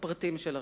בפרטים של הרפורמה,